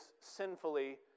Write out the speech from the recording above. sinfully